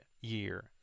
year